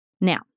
Now